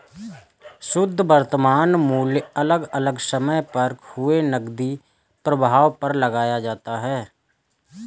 शुध्द वर्तमान मूल्य अलग अलग समय पर हुए नकदी प्रवाह पर लगाया जाता है